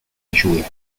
ayuda